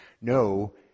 no